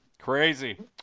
Crazy